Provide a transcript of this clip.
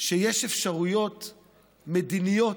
שיש אפשרויות מדיניות,